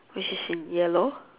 which is in yellow